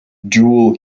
dual